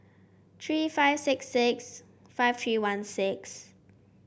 three five six six five three one six